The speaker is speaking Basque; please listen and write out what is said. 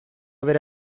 bera